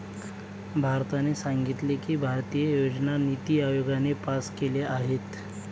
भारताने सांगितले की, भारतीय योजना निती आयोगाने पास केल्या आहेत